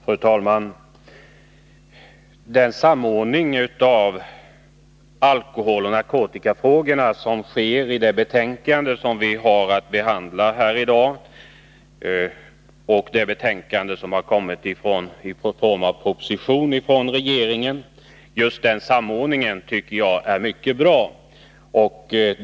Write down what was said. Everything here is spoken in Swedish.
Fru talman! Den samordning av alkoholoch narkotikafrågorna som sker i de betänkanden som vi i dag har att behandla och i propositionen från regeringen är mycket bra.